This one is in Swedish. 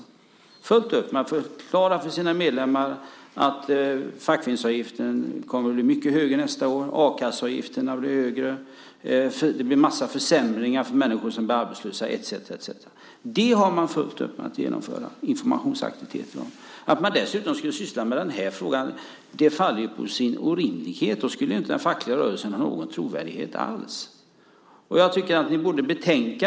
De har fullt upp med att förklara för sina medlemmar att fackföreningsavgiften kommer att bli mycket högre nästa år, att a-kasseavgifterna blir högre, att det blir en massa försämringar för människor som blir arbetslösa etcetera. Man har fullt upp med att genomföra informationsaktiviteter om detta. Att man dessutom skulle syssla med den här frågan faller på sin egen orimlighet. Då skulle den fackliga rörelsen inte ha någon trovärdighet alls.